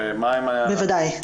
בוודאי.